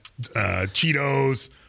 Cheetos